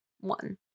one